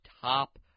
top